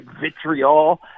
vitriol